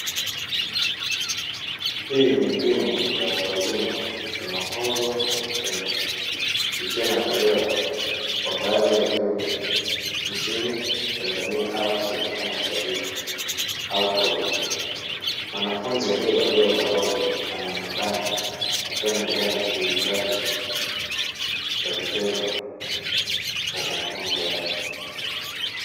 Hii ni elimu ya watu wazima ya mafunzo ya vitendo ikiwa inatolewa kwa baadhi ya vyuo nchini tanzania au nchi za afrika mashariki au koleji, mwanafunzi alievalia ovaroli, anonekana akiwa anaendele na shughuli zake, za vitendo kwa mafunzo yake.